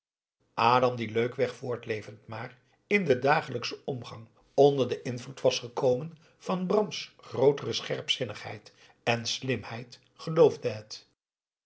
adam die leukweg voortlevend maar in den dagelijkschen omgang onder den invloed was gekomen van bram's grootere scherpzinnigheid en slimheid geloofde het